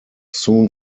soon